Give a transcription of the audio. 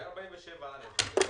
147(א)